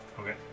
Okay